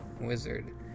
wizard